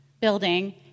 building